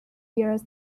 years